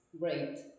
great